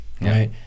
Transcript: right